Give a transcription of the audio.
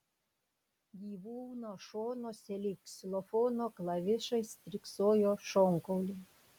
gyvūno šonuose lyg ksilofono klavišai stirksojo šonkauliai